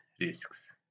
risks